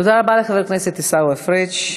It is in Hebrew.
תודה רבה לחבר הכנסת עיסאווי פריג'.